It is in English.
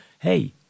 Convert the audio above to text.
Hey